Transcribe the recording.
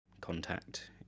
contact